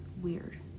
weird